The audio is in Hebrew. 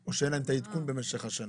או שאין להן את העדכון במשך השנה?